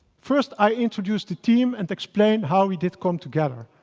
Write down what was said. first, i introduce the team and explain how we did come together.